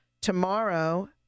tomorrow